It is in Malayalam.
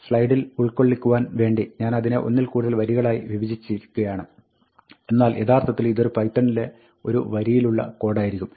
സ്ലൈഡിൽ ഉൾക്കൊള്ളിക്കുവാൻ വേണ്ടി ഞനതിനെ ഒന്നിൽ കൂടുതൽ വരികളിലായി വിഭജിച്ചിരിക്കുകയാണ് എന്നാൽ യഥാർത്ഥത്തിൽ ഇതൊരു പൈത്തണിലെ ഒരു വരിയിലുള്ള കോഡായിരിക്കും